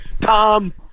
Tom